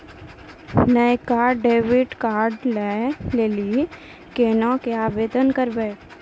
नयका डेबिट कार्डो लै लेली केना के आवेदन करबै?